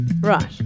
Right